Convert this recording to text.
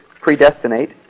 predestinate